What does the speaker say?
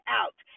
out